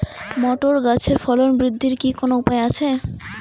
Motor গাছের ফলন বৃদ্ধির কি কোনো উপায় আছে?